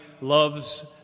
love's